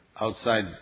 outside